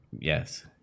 yes